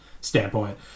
standpoint